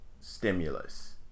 stimulus